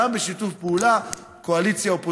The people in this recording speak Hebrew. גם בשיתוף פעולה קואליציה-אופוזיציה,